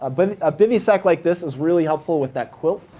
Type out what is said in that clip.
ah but a bivy sack like this is really helpful with that quilt,